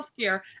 healthcare